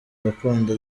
gakondo